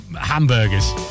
hamburgers